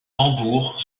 tambour